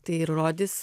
tai ir rodys